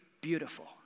beautiful